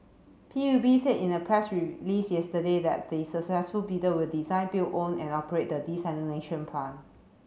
P U B said in a press release yesterday that the successful bidder will design build own and operate the desalination plant